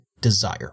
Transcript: desire